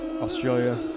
Australia